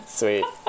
sweet